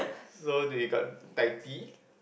so they we got Taiti